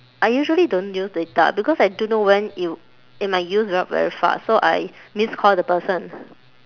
I usually don't use data because I don't know when it it might use up very fast so I missed call the person